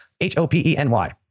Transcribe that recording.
H-O-P-E-N-Y